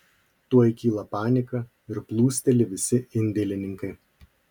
tuoj kyla panika ir plūsteli visi indėlininkai